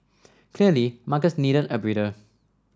clearly markets needed a breather